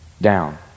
down